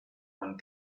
one